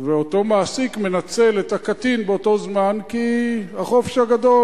ואותו מעסיק מנצל את הקטין באותו זמן כי זה החופש הגדול,